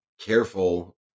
careful